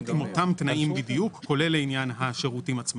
תנאים בדיוק כולל לעניין השירותים עצמם.